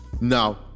Now